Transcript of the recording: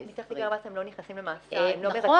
--- מתחת לגיל 14 הם לא נכנסים למאסר --- נכון,